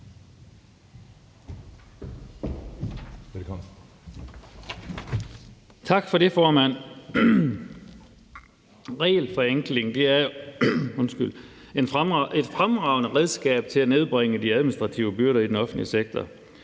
Tak for det, formand. Regelforenkling er et fremragende redskab til at nedbringe de administrative byrder i den offentlige sektor.